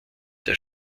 der